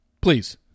Please